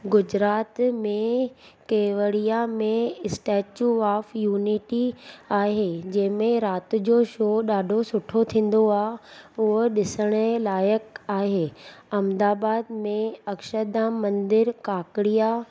गुजरात में केवड़िया में Statue of Unity आहे जंहिंमें राति जो शो ॾाढो सुठो थींदो आहे पोइ ॾिसण जे लाइक़ु आहे अहमदाबाद में अक्षरधाम मंदिर काकड़िया